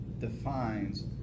defines